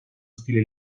stile